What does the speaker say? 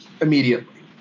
immediately